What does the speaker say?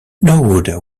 norwood